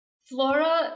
Flora